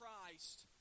Christ